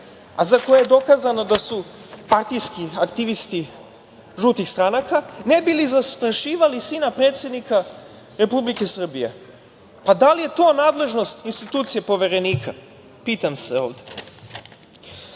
a za koje je dokazano da su partijski aktivisti žutih stranaka, ne bili zastrašivali sina predsednika Republike Srbije. Da li je to nadležnost institucije Poverenika, pitam se